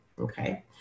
okay